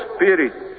Spirit